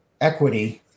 equity